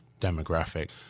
demographic